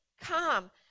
come